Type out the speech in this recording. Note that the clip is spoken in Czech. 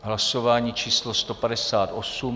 Hlasování číslo 158.